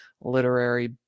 literary